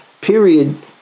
period